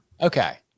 Okay